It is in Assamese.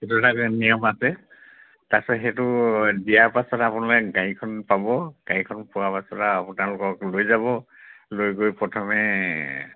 সেইটো এটা নিয়ম আছে তাৰপাছত সেইটো দিয়াৰ পাছত আপোনালোকে গাড়ীখন পাব গাড়ীখন পোৱাৰ পাছত আপোনালোকক লৈ যাব লৈ গৈ প্ৰথমে